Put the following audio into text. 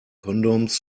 condoms